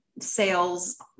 sales